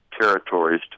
territories